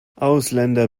ausländer